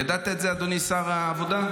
ידעת את זה, אדוני שר העבודה?